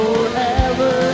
Forever